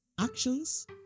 actions